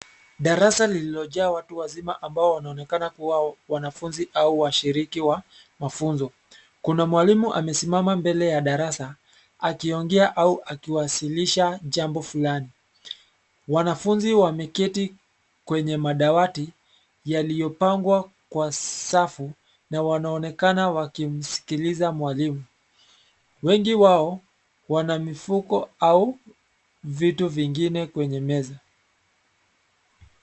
Darasa lililojaa watu wazima ambao wanaonekana kuwa wanafunzi au washiriki wa mafunzo. Kuna mwalimu amesimama mbele ya darasa, akiongea au akiwasilisha jambo fulani. Wanafunzi wameketi kwenye madawati yaliyopangwa kwa safu, na wanaonekana wakimsikiliza mwalimu. Wengi wao, wana mifuko au vitu vingine kwenye meza.